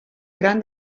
gran